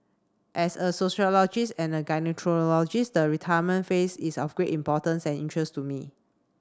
as a sociologist and a the retirement phase is of great importance and interest to me